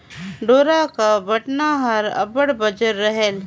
डोरा कर बटना हर अब्बड़ बंजर रहेल